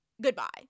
goodbye